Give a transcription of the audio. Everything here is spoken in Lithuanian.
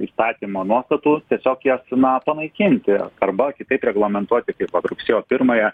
įstatymo nuostatų tiesiog jas na panaikinti arba kitaip reglamentuoti kaip vat rugsėjo pirmąją